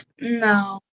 No